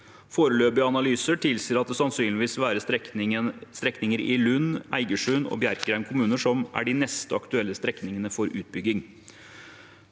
Foreløpige analyser tilsier at det sannsynligvis vil være strekninger i kommunene Lund, Eigersund og Bjerkreim som er de neste aktuelle strekningene for utbygging.